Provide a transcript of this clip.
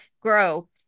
grow